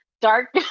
Dark